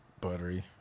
buttery